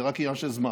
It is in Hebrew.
זה רק עניין של זמן.